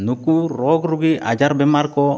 ᱱᱩᱠᱩ ᱨᱚᱜᱽ ᱨᱩᱜᱤ ᱟᱡᱟᱨ ᱵᱮᱢᱟᱨᱠᱚ